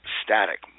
static